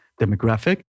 demographic